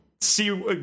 see